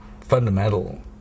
fundamental